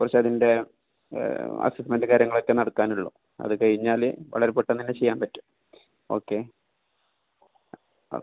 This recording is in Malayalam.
കുറച്ച് അതിന്റെ അസ്സെസ്സ്മെൻറ് കാര്യങ്ങളൊക്കെയേ നടക്കാനുള്ളൂ അതുകഴിഞ്ഞാൽ വളരെ പെട്ടെന്നുതന്നെ ചെയ്യാൻ പറ്റും ഓക്കെ ഓക്കെ